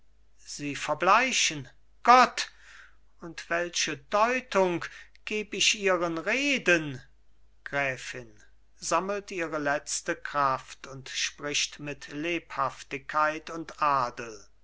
sie verbleichen gott und welche deutung geb ich ihren reden gräfin sammelt ihre letzte kraft und spricht mit lebhaftigkeit und adel